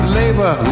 labor